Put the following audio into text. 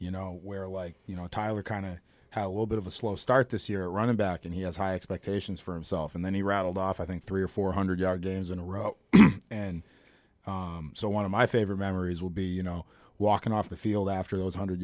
you know where like you know tyler kind of how a little bit of a slow start this year running back and he has high expectations for himself and then he rattled off i think three or four hundred yard games in a row and so one of my favorite memories will be you know walking off the field after a one hundred